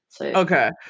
Okay